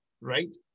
right